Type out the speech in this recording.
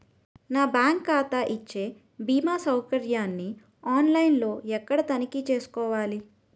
నా బ్యాంకు ఖాతా ఇచ్చే భీమా సౌకర్యాన్ని ఆన్ లైన్ లో ఎక్కడ తనిఖీ చేసుకోవాలి?